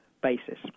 basis